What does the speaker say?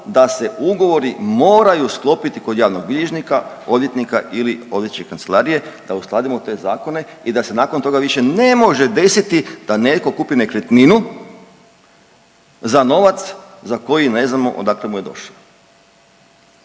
da se ugovori moraju sklopiti kod javnog bilježnika, odvjetnika ili odvjetničke kancelarije da uskladimo te zakone i da se nakon toga više ne može desiti da netko kupi nekretninu za novac za koji ne znamo odakle mu je došao.